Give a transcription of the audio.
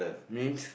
means